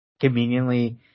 conveniently